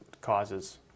causes